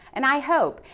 and i hope